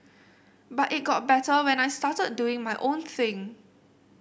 but it got better when I started doing my own thing